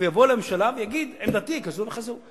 ויבוא לממשלה ויגיד: עמדתי היא כזו וכזו.